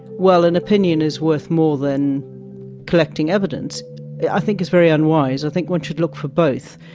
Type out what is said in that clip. well, an opinion is worth more than collecting evidence i think is very unwise, i think one should look for both,